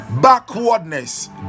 backwardness